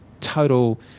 total